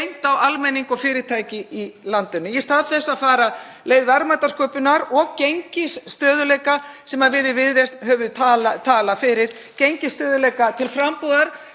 í landinu í stað þess að fara leið verðmætasköpunar og gengisstöðugleika sem við í Viðreisn höfum talað fyrir, gengisstöðugleika til frambúðar,